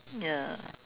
ya